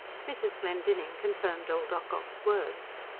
mrs. glendinning confirmed old ocock's words.